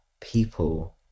people